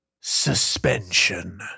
Suspension